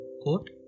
quote